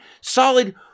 solid